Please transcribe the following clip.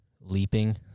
leaping